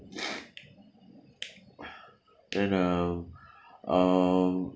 then uh um